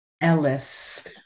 Ellis